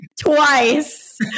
twice